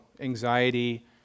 anxiety